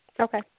Okay